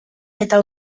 eta